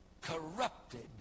corrupted